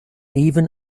even